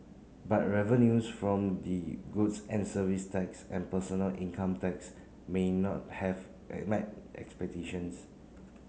but revenues from the goods and service tax and personal income tax may not have met expectations